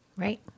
right